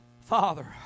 Father